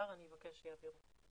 יש נתונים וגם מחקר, אני אבקש שיעבירו.